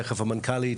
תיכף המנכ"לית,